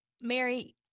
Mary